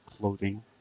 clothing